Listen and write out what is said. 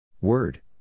Word